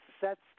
sets